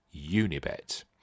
Unibet